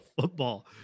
football